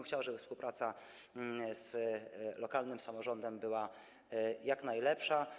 Chciałbym, żeby współpraca z lokalnym samorządem była jak najlepsza.